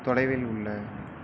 தொலைவில் உள்ள